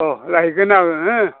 औ लायगोन आङो हो